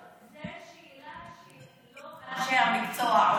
זו שאלה שלא אנשי המקצוע עונים עליה.